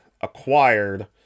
acquired